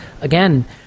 again